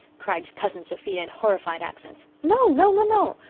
cried cousin sophia in horrified accents. no no no!